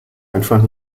einfach